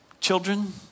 children